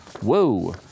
Whoa